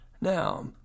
Now